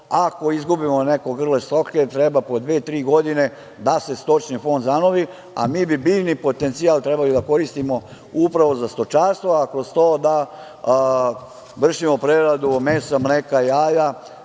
ako izgubimo neko grlo stoke treba po dve, tri godine da se stočni fond zanovi, a mi bi biljni potencijal trebali da koristimo upravo za stočarstvo, a kroz to da vršimo preradu mesa, mleka, jaja